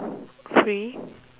free